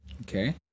Okay